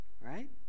right